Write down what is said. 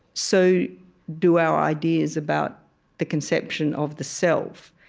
so do our ideas about the conception of the self.